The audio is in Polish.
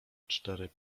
cztery